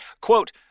Quote